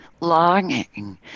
longing